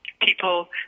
people